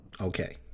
Okay